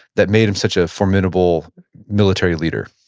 that made him such a formidable military leader?